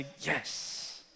yes